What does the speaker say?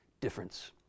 difference